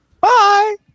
Bye